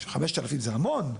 5,000 זה המון.